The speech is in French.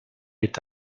est